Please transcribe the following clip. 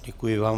Děkuji vám.